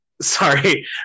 sorry